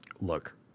look